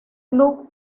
clubes